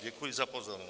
Děkuji za pozornost.